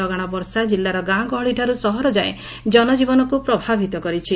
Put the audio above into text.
ଲଗାଶ ବର୍ଷା ଜିଲ୍ଲାର ଗାଁଗହଳିଠାରୁ ସହର ଯାଏଁ ଜନଜୀବନକୁ ପ୍ରଭାବିତ କରିଛି